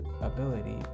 ability